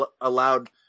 allowed